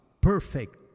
perfect